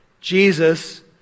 Jesus